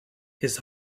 his